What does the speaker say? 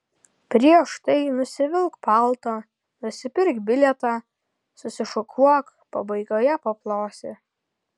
prieš tai nusivilk paltą nusipirk bilietą susišukuok pabaigoje paplosi